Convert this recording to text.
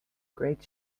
great